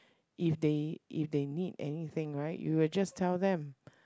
if they if they need anything right you will just tell them